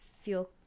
feel